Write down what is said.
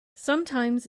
sometimes